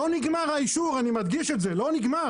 לא נגמר האישור, אני מדגיש את זה - לא נגמר,